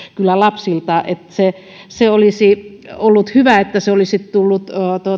kyllä lapsilta se se olisi ollut hyvä että se olisi tullut